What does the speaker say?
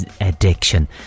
Addiction